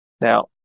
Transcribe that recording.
Now